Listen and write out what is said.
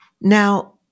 Now